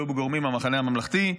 היו גורמים מהמחנה הממלכתי,